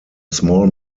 small